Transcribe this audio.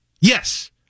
yes